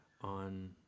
on